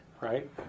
right